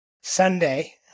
Sunday